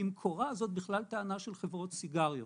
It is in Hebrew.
במקורה זאת בכלל טענה של חברות סיגריות